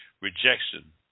rejection